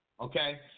Okay